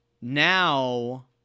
now